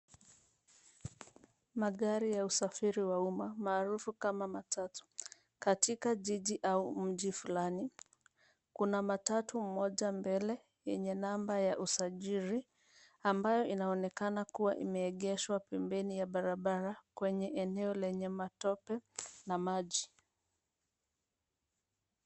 Magari ya usafiri wa uma maarufu kama matatu katika jiji au mji fulani. Kuna matatu moja mbele yenye namba ya usajili ambayo inaonekana kuwa imeegeshwa pembeni ya barabara kwenye eneo la matope na maji.